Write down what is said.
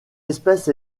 espèce